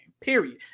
period